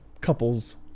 couples